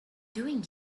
doing